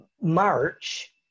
March